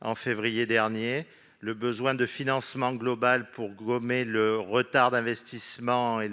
en février dernier, le besoin de financement global pour gommer le retard d'investissement et